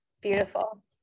Beautiful